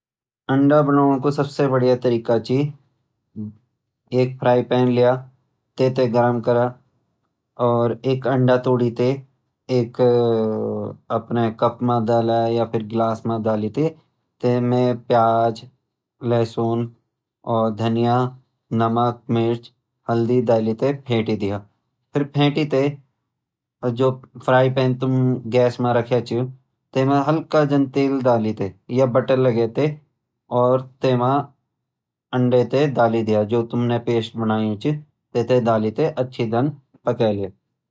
अण्डा बनोणा कु सबसे बडिया तरीका छ एक फ्राईपैन ल्या तै थैं गर्म करा और एक अण्डा तोडी तैं एक कप म डाला या फिर गिलास म डाली तैं तै म प्याज लहसुन और धनिया नमक मिर्च हल्दि डाली तैं फेंटी द्या फिर फेंटी तैं जु फ्राईपैन तुम गैस म रख्या छ तै म हल्का जन तेल डाली तैं या बटर लगै तै और अण्डा तैं डाली द्या जो तुमने पेस्ट बनायू छ तैं थैं डाली तैं अच्छे से पक्ये द्या।